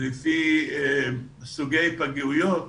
ולפי סוגי התפלגויות